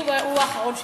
הוא האחרון שמפלה.